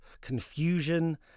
confusion